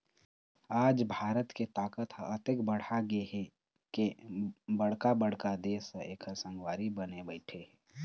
आज भारत के ताकत ह अतेक बाढ़गे हे के बड़का बड़का देश ह एखर संगवारी बने बइठे हे